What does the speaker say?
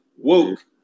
Woke